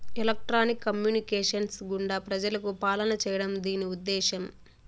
electronics communications గుండా ప్రజలకు పాలన చేయడం దీని ఉద్దేశం